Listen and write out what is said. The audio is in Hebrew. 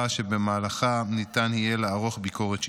שבמהלכה ניתן יהיה לערוך ביקורת שיפוטית.